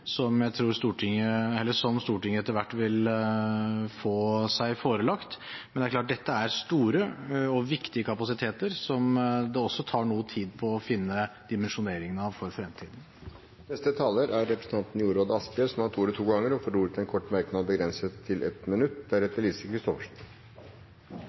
som Stortinget etter hvert vil få seg forelagt. Men det er klart at dette er store og viktige kapasiteter som det tar noe tid å finne dimensjoneringen av for fremtiden. Representanten Jorodd Asphjell har hatt ordet to ganger tidligere og får ordet til en kort merknad, begrenset til 1 minutt.